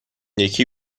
یکی